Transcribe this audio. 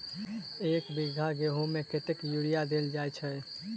एक बीघा गेंहूँ मे कतेक यूरिया देल जाय छै?